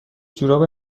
جوراب